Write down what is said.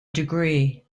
degree